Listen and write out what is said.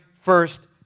first